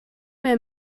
mehr